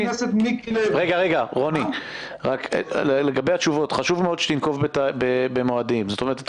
רוני, חשוב מאוד שתנקוב במועדים בתשובותיך.